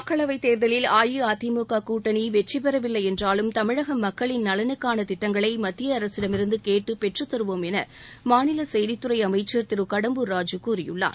மக்களவைத் தேர்தலில் அஇஅதிமுக கூட்டணி வெற்றி பெறவில்லை என்றாலும் தமிழக மக்களின் நலனுக்காள திட்டங்களை மத்திய அரசிடமிருந்து கேட்டுப் பெற்றுத்தருவோம் என மாநில செய்தித்துறை அமைச்சா் திரு கடம்பூர் ராஜூ கூறியுள்ளார்